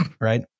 Right